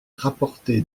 rapporté